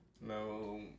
no